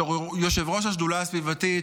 בתור יושב-ראש השדולה הסביבתית,